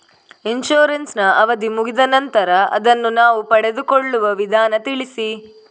Insurance ನ ಅವಧಿ ಮುಗಿದ ನಂತರ ಅದನ್ನು ನಾವು ಪಡೆದುಕೊಳ್ಳುವ ವಿಧಾನ ತಿಳಿಸಿ?